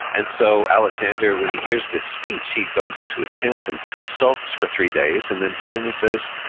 and so, alexander, when he hears this speech, he goes into his tent and sulks for three days, and then finally says,